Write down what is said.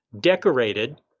decorated